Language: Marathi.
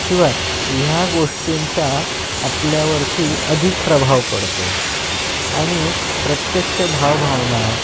शिवाय ह्या गोष्टींचा आपल्यावरती अधिक प्रभाव पडतो आणि प्रत्यक्ष भावभावना